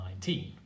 2019